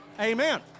Amen